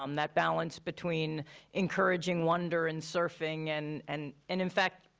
um that balance between encouraging wonder and surfing and and and, in fact,